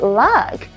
luck